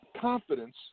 confidence